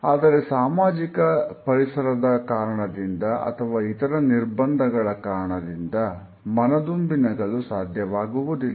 ಆದರೆ ಸಾಮಾಜಿಕ ಪರಿಸರದ ಕಾರಣದಿಂದ ಅಥವಾ ಇತರ ನಿರ್ಬಂಧಗಳ ಕಾರಣದಿಂದ ಮನತುಂಬಿ ನಗಲು ಸಾಧ್ಯವಾಗುವುದಿಲ್ಲ